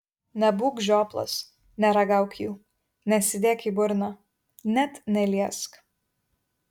nebūk žioplas neragauk jų nesidėk į burną net neliesk